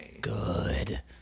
Good